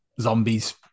zombies